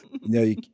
No